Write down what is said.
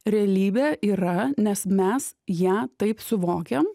realybė yra nes mes ją taip suvokiam